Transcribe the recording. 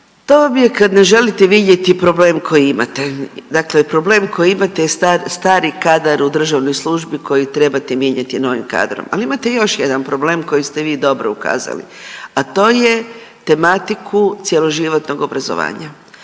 To vam je kad ne želite vidjeti problem koji imate, dakle problem koji imate je stari kadar u državnoj službi koji trebate mijenjati novim kadrom, ali imate još jedna problem na koji ste vi dobro ukazali, a to je tematiku cjeloživotnog obrazovanja.